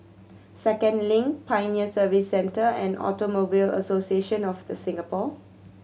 Second Link Pioneer Service Centre and Automobile Association of The Singapore